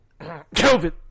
COVID